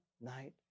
night